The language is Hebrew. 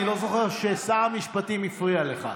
אני לא זוכר ששר המשפטים הפריע לך.